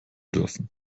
dürfen